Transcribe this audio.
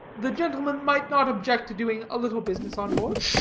the gentleman might not object to doing a little business on board.